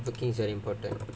ah ya networking is very important